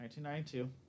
1992